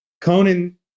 Conan